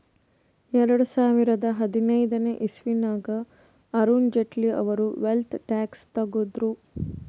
ಎರಡು ಸಾವಿರದಾ ಹದಿನೈದನೇ ಇಸವಿನಾಗ್ ಅರುಣ್ ಜೇಟ್ಲಿ ಅವ್ರು ವೆಲ್ತ್ ಟ್ಯಾಕ್ಸ್ ತಗುದ್ರು